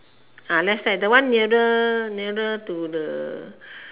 ah left side the one nearer nearer to the